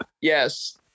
Yes